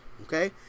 Okay